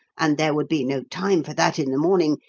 and there would be no time for that in the morning,